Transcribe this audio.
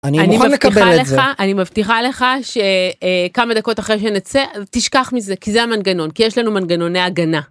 אני מבטיחה לך שכמה דקות אחרי שנצא תשכח מזה כי זה המנגנון, כי יש לנו מנגנוני הגנה.